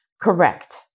Correct